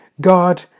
God